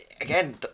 again